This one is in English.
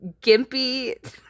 gimpy